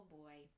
boy